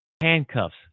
handcuffs